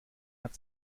hat